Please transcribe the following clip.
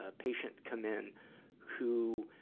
ah patient come in who,